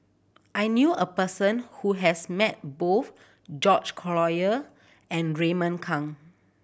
I knew a person who has met both George Collyer and Raymond Kang